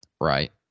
Right